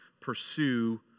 pursue